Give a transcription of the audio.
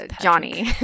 Johnny